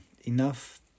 enough